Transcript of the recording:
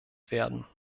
werden